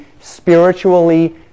spiritually